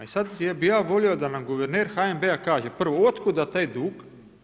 I sad bih ja volio da nam Guverner HNB-a kaže prvo, otkuda taj dug.